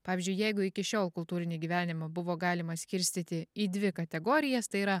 pavyzdžiui jeigu iki šiol kultūrinį gyvenimą buvo galima skirstyti į dvi kategorijas tai yra